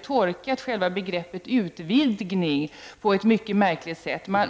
tolkat själva begreppet utvidgning på ett mycket märkligt sätt.